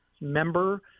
member